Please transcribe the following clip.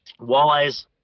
walleyes